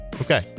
Okay